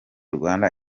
rwanda